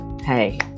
Hey